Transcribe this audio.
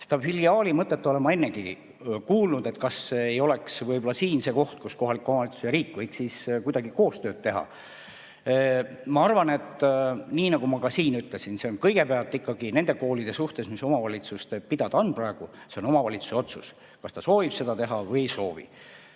teha. Seda filiaalimõtet olen ma ennegi kuulnud, et kas ei oleks võib-olla siin see koht, kus kohalik omavalitsus ja riik võiksid kuidagi koostööd teha. Ma arvan, nii nagu ma siin ütlesin, et kõigepealt ikkagi nende koolide suhtes, mis omavalitsuste pidada praegu on, on see omavalitsuse otsus, kas ta soovib seda teha või ei soovi.